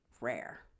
rare